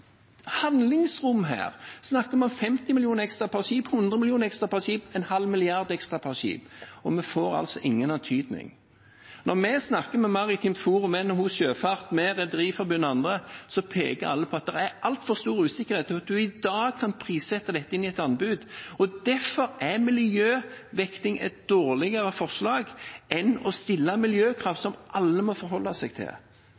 handlingsrom her. Snakker vi om 50 mill. kr ekstra per skip, 100 mill. kr ekstra per skip, 500 mill. kr ekstra per skip? Vi får ingen antydning. Når vi snakker med Maritimt Forum, NHO Sjøfart, Rederiforbundet og andre, peker alle på at det er altfor stor usikkerhet til at en i dag kan prissette dette inn i et anbud. Derfor er miljøvekting et dårligere forslag enn å stille miljøkrav som alle må forholde seg til.